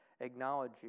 acknowledge